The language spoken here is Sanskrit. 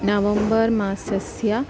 नवम्बर् मासस्य